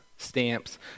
stamps